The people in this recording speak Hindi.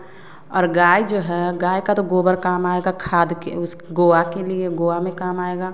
और गाय जो है गाय का तो गोबर काम आएगा खाद के उस गोवा के लिए गोवा में काम आएगा